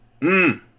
Mmm